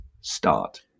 start